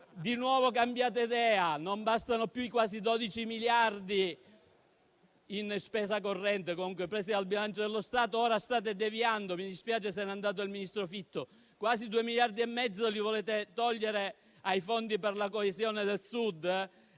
di nuovo cambiato idea: non bastano più i quasi 12 miliardi in spesa corrente, comunque presi dal bilancio dello Stato. Ora state deviando - mi dispiace che se ne sia andato il ministro Fitto - quasi 2,5 miliardi, togliendoli dai fondi per la coesione del Sud,